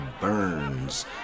Burns